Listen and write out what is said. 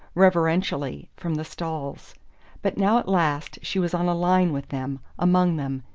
reverentially, from the stalls but now at last she was on a line with them, among them,